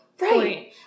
Right